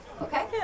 Okay